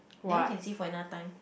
that one can save for another time